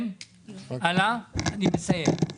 כן הלאה אני מסיים.